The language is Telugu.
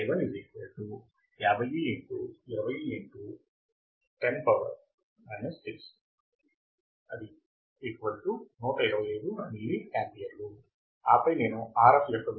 ఆపై నేను Rf యొక్క విలువ 3